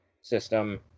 system